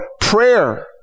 prayer